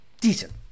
decent